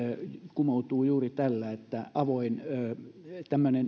kumoutuu juuri tällä että tämmöinen